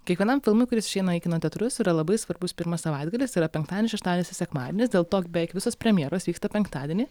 kiekvienam filmui kuris išeina į kino teatrus yra labai svarbus pirmas savaitgalis yra penktadienis šeštadienis ir sekmadienis dėl to beveik visos premjeros vyksta penktadienį